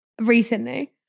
Recently